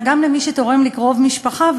אלא גם למי שתורם לקרוב משפחה.